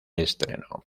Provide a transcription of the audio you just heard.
estreno